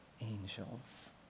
angels